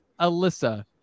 Alyssa